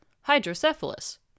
hydrocephalus